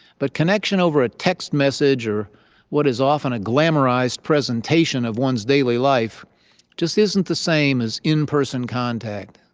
but connection over a text message or what is often a glamorized presentation of one's daily life just isn't the same as in-person contact.